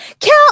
Count